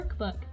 workbook